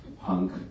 punk